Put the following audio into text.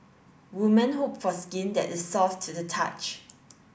women hope for skin that is soft to the touch